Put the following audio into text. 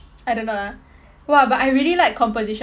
I don't know ah !wah! but I really like composition